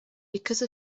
because